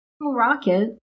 rocket